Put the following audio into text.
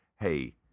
Hey